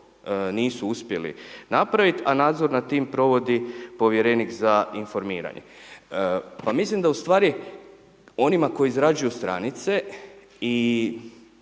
nisu uspjeli napraviti a nadzor nad tim provodi povjerenik za informiranje. Pa mislim da ustvari onima koji izrađuju stranice i